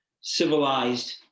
Civilized